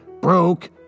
broke